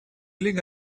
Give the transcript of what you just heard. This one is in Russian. лига